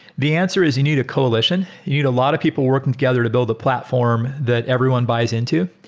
the answer is you need a coalition. you need a lot of people working together to build a platform that everyone buys into.